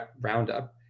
Roundup